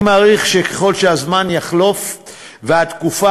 אני מעריך שככל שהזמן יחלוף והתקופה